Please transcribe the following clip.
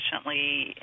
efficiently